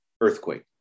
earthquake